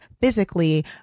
physically